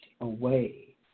away